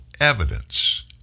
evidence